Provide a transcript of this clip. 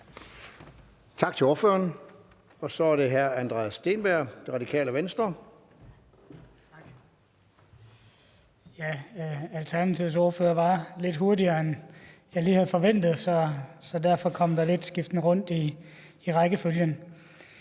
Radikale Venstre. Kl. 16:56 (Ordfører) Andreas Steenberg (RV): Tak. Ja, Alternativets ordfører var lidt hurtigere, end jeg lige havde forventet, så derfor kom der lidt ændring i rækkefølgen.